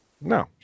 No